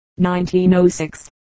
1906